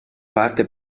parte